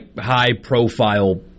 high-profile